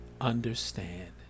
understand